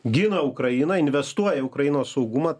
gina ukrainą investuoja į ukrainos saugumą